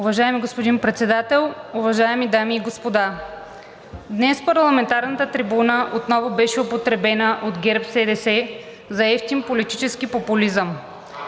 Уважаеми господин Председател, уважаеми дами и господа! Днес парламентарната трибуна отново беше употребена от ГЕРБ-СДС за евтин политически популизъм.